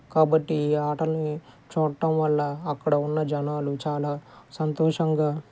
కాబట్టి ఈ ఆటలని చూడటం వల్ల అక్కడ ఉన్న జనాలు చాలా సంతోషంగా